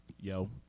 Yo